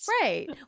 Right